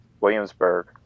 williamsburg